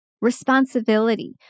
responsibility